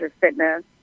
fitness